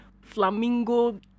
flamingo